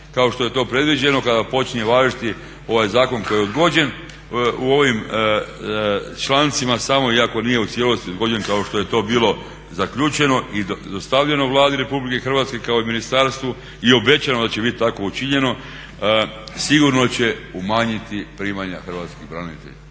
kao što je to predviđeno, kada počinje važiti ovaj zakon koji je odgođen u ovim člancima samo, iako nije u cijelosti odgođen kako što je to bilo zaključeno i dostavljeno Vladi Republike Hrvatske kao i ministarstvu, i obećano da će biti tako učinjeno sigurno će umanjiti primanja Hrvatskih branitelja.